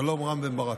שלום, רם בן ברק,